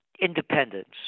independence